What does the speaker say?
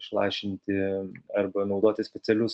išlašinti arba naudoti specialius